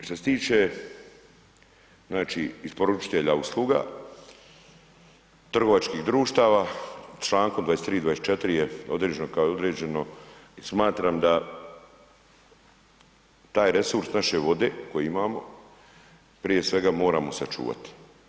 Šta se tiče znači isporučitelja usluga, trgovačkih društava, člankom 23. i 24. je određeno kako je određeno i smatram da taj resurs naše vode koji imamo, prije svega moramo sačuvati.